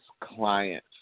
client